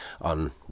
on